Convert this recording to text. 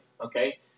Okay